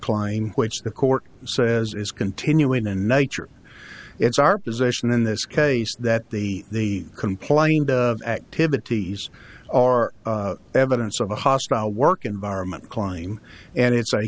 kline which the court says is continuing in nature it's our position in this case that the complaint of activities are evidence of a hostile work environment climb and it's